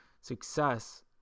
success